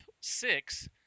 six